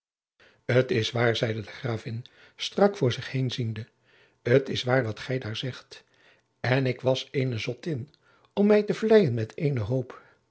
t is waar zeide de gravin strak voor zich heen ziende t is waar wat gij daar zegt en ik was eene zottin om mij te vleien met eene hoop